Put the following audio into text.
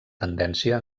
tendència